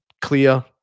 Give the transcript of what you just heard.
clear